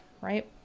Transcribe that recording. right